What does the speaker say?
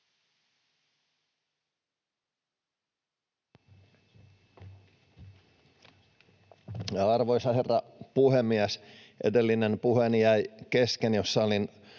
Arvoisa herra puhemies! Edellinen puheeni jäi kesken, jossa olin